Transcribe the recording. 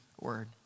word